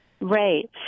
Right